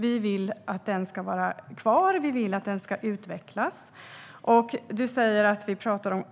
Vi vill att den ska vara kvar. Vi vill att den ska utvecklas. Du säger att vi talar om